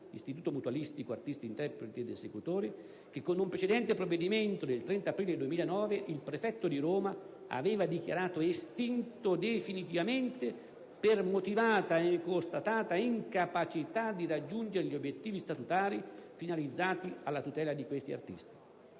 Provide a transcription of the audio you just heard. (Istituto mutualistico artisti interpreti esecutori), che con un precedente provvedimento del 30 aprile 2009 il prefetto di Roma aveva dichiarato estinto definitivamente per motivata e constatata incapacità di raggiungere gli obiettivi statutari finalizzati alla tutela di questi artisti.